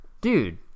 Dude